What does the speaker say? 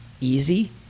easy